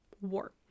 war